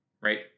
right